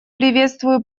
приветствую